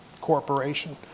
Corporation